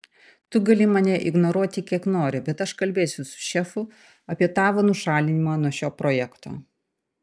tu gali mane ignoruoti kiek nori bet aš kalbėsiu su šefu apie tavo nušalinimą nuo šio projekto